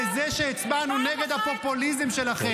-- בזה שהצבענו נגד הפופוליזם שלכם.